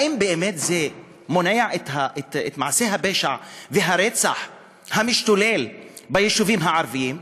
האם באמת זה מונע את מעשי הפשע והרצח המשתולל ביישובים הערביים?